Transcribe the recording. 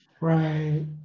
Right